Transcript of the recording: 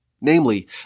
Namely